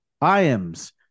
Iams